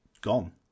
gone